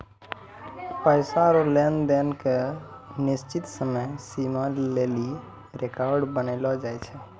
पैसा रो लेन देन के निश्चित समय सीमा लेली रेकर्ड बनैलो जाय छै